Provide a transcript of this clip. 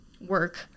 work